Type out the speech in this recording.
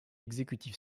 exécutif